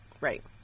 Right